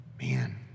Man